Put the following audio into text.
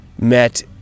met